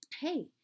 hey